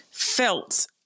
Felt